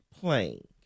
playing